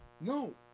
No